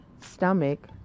stomach